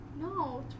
No